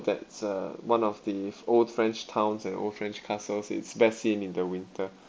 that's uh one of the old french towns and old french castles it's best seen in the winter